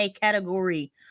category